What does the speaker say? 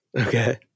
Okay